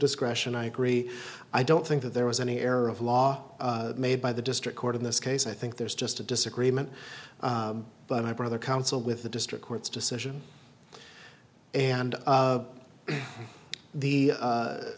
discretion i agree i don't think that there was any error of law made by the district court in this case i think there's just a disagreement but my brother counsel with the district court's decision and the